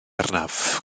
arnaf